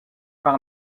par